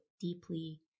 deeply